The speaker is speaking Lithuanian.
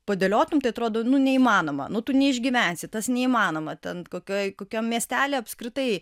padėliotum tai atrodo nu neįmanoma nu tu neišgyvensi tas neįmanoma ten kokioj kokiam miestelyje apskritai